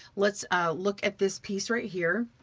let's look at this piece right here.